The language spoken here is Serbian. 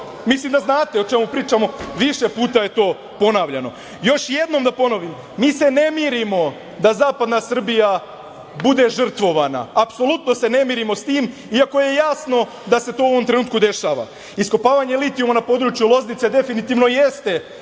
njoj. Mislim da znate o čemu pričamo. Više puta je to ponovljeno. Još jednom da ponovim, mi se ne mirimo da zapadna Srbija bude žrtvovana. Apsolutno se ne mirimo sa tim, iako je jasno da se to u ovom trenutku dešava. Iskopavanje litijuma na području Loznice definitivno jeste